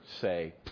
say